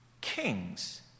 kings